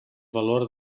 valor